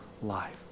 life